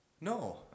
No